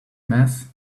mess